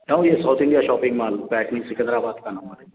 ہو یہ south India shopping mall Patny Secunderabad کا number ہے یہ